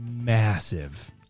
massive